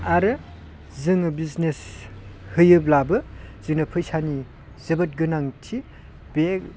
आरो जोङो बिजनेस होयोब्लाबो जोंनो फैसानि जोबोद गोनांथि बे